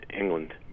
England